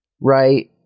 right